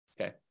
okay